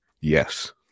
Yes